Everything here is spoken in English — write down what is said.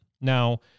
Now